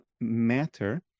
matter